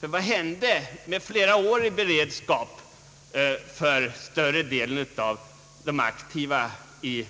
Ty vad innebar flera års beredskap för större delen av de aktiva i